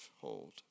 hold